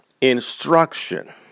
instruction